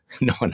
No